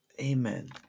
Amen